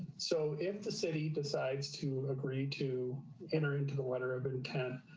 so. if the city decides to agree to enter into the letter of intent.